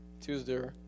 Tuesday